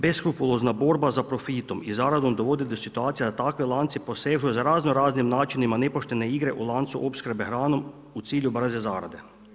Beskrupulozna borba za profitom i zaradom dovodi do situacija da takvi lanci posežu za raznoraznim načinima nepoštene igre u lancu opskrbe hranom u cilju brze zarade.